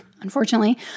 unfortunately